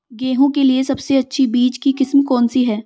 गेहूँ के लिए सबसे अच्छी बीज की किस्म कौनसी है?